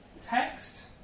text